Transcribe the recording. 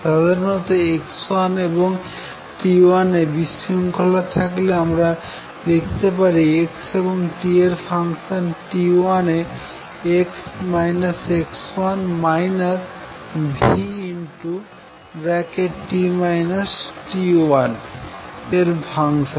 সাধারনত x1 এবং t 1 এ বিশৃঙ্খলা থাকলে আমরা লিখতে পারি x এবং t এর ফাংশন t 1 এ v এর ফাংশন